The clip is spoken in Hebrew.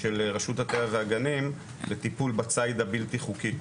של רשות הטבע והגנים לטיפול בציד הבלתי חוקי,